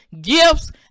gifts